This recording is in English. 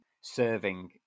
serving